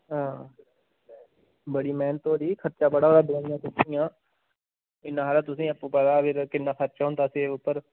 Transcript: हां बड़ी मेह्नत होई दी खर्चा बड़ा होए दा इन्नी गुत्थियां इ'न्ना हारा तुसें आपूं पता किन्ना खर्चा होंदा सेब उप्पर